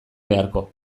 beharko